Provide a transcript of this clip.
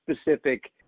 specific